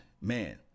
man